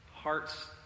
hearts